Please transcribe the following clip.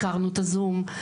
הכרנו את הזום,